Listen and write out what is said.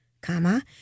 comma